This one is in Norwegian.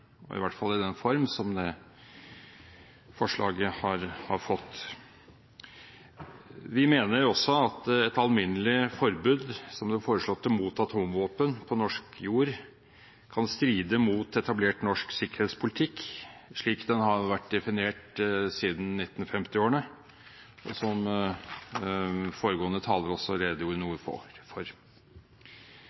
og i hvert fall i den form som det forslaget har fått. Vi mener også at et alminnelig forbud, som det foreslåtte, mot atomvåpen på norsk jord kan stride mot etablert norsk sikkerhetspolitikk, slik den har vært definert siden 1950-årene, som foregående taler også redegjorde noe for.